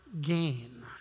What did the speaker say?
gain